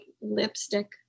lipstick